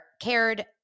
cared